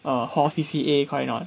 err hall C_C_A correct or not